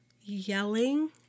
yelling